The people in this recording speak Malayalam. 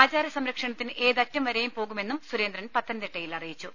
ആചാരസംരക്ഷണത്തിന് ഏതറ്റം വരെയും പോകുമെന്നും സൂരേന്ദ്രൻ പത്തനംതിട്ടയിൽ അറിയിച്ചു